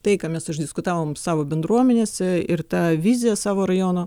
tai ką mes išdiskutavom savo bendruomenėse ir tą viziją savo rajono